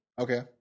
okay